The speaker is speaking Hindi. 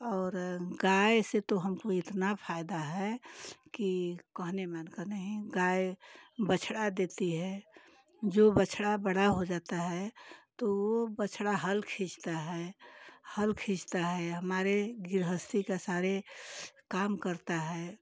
और गाय से तो हमको इतना फायदा है की कहने में मन का नहीं गाय बछड़ा देती है जो बछड़ा बड़ा हो जाता है तो वो बछड़ा हल खींचता है हल खींचता है हमारे गृहस्थी का सारे काम करता है